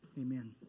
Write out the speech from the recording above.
Amen